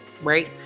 Right